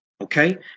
Okay